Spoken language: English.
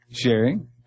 sharing